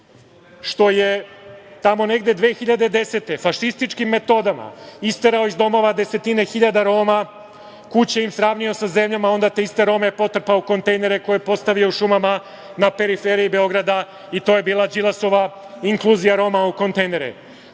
što je tamo negde 2010. godine fašističkim metodama isterao iz domovine desetine hiljada Roma, kuće im sravnio sa zemljom, a onda je te iste Rome potrpao u kontejnere koje je postavio u šumama na periferiji Beograda i to je bila Đilasova inkluzija Roma u kontejnere. Koliko